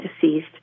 deceased